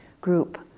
group